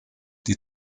die